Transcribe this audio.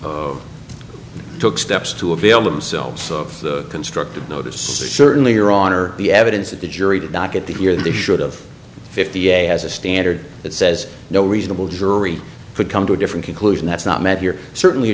units took steps to avail themselves of the constructive notice certainly here on or the evidence that the jury did not get to hear they should of fifty a as a standard that says no reasonable jury could come to a different conclusion that's not met here certainly a